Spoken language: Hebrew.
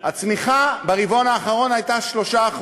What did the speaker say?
הצמיחה ברבעון האחרון הייתה 3%,